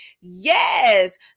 Yes